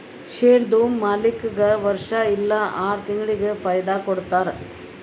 ಶೇರ್ದು ಮಾಲೀಕ್ಗಾ ವರ್ಷಾ ಇಲ್ಲಾ ಆರ ತಿಂಗುಳಿಗ ಫೈದಾ ಕೊಡ್ತಾರ್